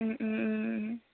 ও ও ও ও